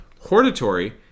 Hortatory